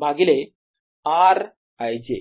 भागिले r i j